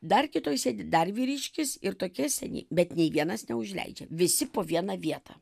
dar kitoj sėdi dar vyriškis ir tokie seni bet nei vienas neužleidžia visi po vieną vietą